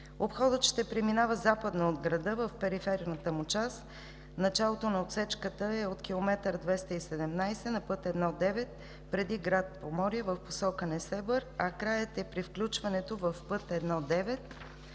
Обходът ще преминава западно от града в периферната му част. Началото на отсечката е от км 217 на път 1-9 преди град Поморие в посока Несебър, а краят е при включването в път 1-9